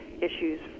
issues